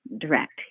direct